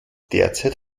derzeit